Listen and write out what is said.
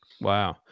Wow